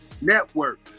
network